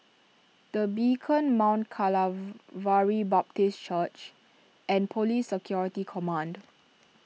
the Beacon Mount vary Baptist Church and Police Security Command